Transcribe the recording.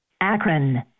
Akron